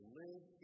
live